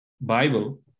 Bible